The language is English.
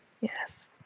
Yes